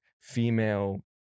female